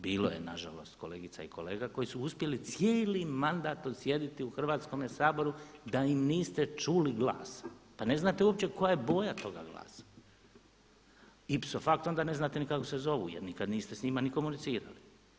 Bilo je nažalost kolegica i kolega koji su uspjeli cijeli mandat odsjediti u Hrvatskome saboru da im niste čuli glas, pa ne znate uopće koja je boja toga glasa, ipso facto onda ne znate ni kako se zovu jer nikada niste s njima ni komunicirali.